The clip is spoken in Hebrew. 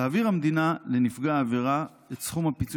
המדינה תעביר לנפגע העבירה את סכום הפיצוי